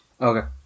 Okay